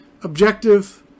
objective-